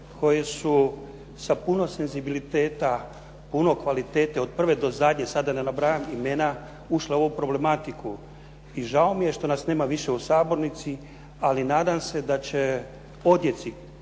koje su sa puno senzibiliteta, puno kvalitete od prve do zadnje sada da ne nabrajam imena ušle u ovu problematiku. I žao mi je što nas nema više u sabornici, ali nadam se da će odjeci